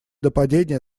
нападения